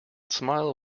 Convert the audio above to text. smile